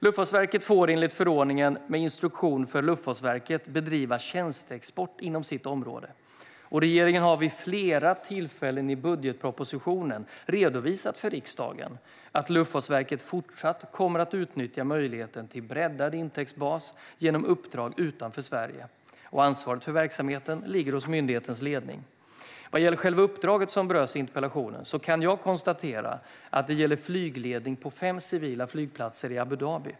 Luftfartsverket får enligt förordningen med instruktion för Luftfartsverket bedriva tjänsteexport inom sitt område. Regeringen har vid flera tillfällen i budgetpropositionen redovisat för riksdagen att Luftfartsverket fortsatt kommer att utnyttja möjligheterna till breddad intäktsbas genom uppdrag utanför Sverige. Ansvaret för verksamheten ligger hos myndighetens ledning. Vad gäller själva uppdraget som berörs i interpellationen kan jag konstatera att det gäller flygledningen på fem civila flygplatser i Abu Dhabi.